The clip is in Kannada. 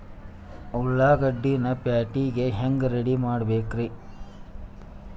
ಉಳ್ಳಾಗಡ್ಡಿನ ಪ್ಯಾಟಿಗೆ ಹ್ಯಾಂಗ ರೆಡಿಮಾಡಬೇಕ್ರೇ?